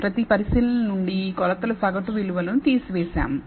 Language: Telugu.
ప్రతి పరిశీలనల నుండి ఈ కొలతల సగటు విలువ ను తీసివేసాము